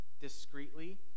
discreetly